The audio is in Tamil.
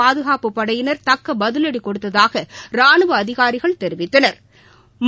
பாதுகாப்பு படையினர் தக்கபதிலடிகொடுத்ததாகராணுவஅதிகாரிகள் தெரிவித்தனா்